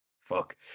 Fuck